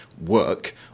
work